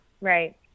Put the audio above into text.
Right